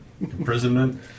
Imprisonment